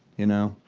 you know?